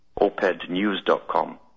opednews.com